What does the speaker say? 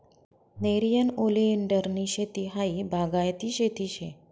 नेरियन ओलीएंडरनी शेती हायी बागायती शेती शे